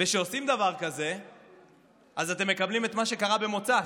וכשעושים דבר כזה אז אתם מקבלים את מה שקרה במוצ"ש,